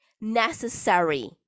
necessary